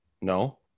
no